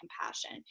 compassion